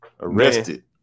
arrested